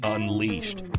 Unleashed